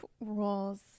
rules